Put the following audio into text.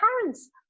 parents